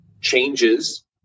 changes